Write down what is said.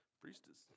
Priestess